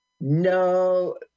No